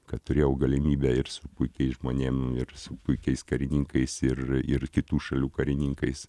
kad turėjau galimybę ir su puikiais žmonėm ir su puikiais karininkais ir ir kitų šalių karininkais